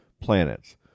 planets